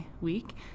week